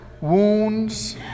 wounds